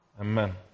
Amen